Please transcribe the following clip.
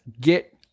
get